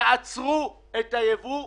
תעצרו את הייבוא.